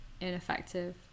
ineffective